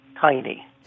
tiny